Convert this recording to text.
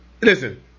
Listen